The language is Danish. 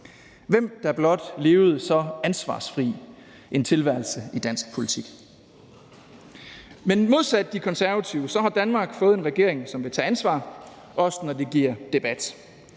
Hvem der blot levede så ansvarsfri en tilværelse i dansk politik! Men modsat De Konservative har Danmark fået en regering, som vil tage ansvar, også når det giver debat.